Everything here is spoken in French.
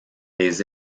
les